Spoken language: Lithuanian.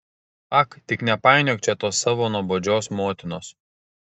ak tik nepainiok čia tos savo nuobodžios motinos